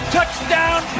Touchdown